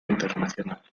internacional